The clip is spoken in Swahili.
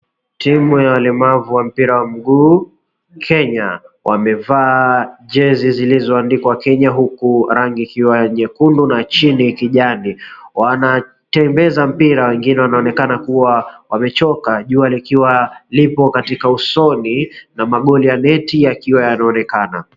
Timu ya walemavu wa mpira wa mguu Kenya. Wamevaa jezi zilizoandikwa Kenya huku rangi ikiwa ya nyekundu na chini kijani. Wanatembeza mpira wengine wanaonekana kuwa wamechoka, jua likiwa lipo usoni na maneti ya goli yanaonekana.